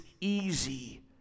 easy